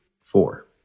four